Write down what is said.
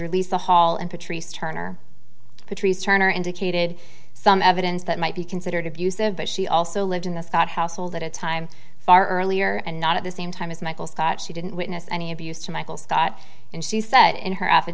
the hall and patrice turner patrice turner indicated some evidence that might be considered abusive but she also lived in the scott household at a time far earlier and not at the same time as michael scott she didn't witness any abuse to michael scott and she said in her aff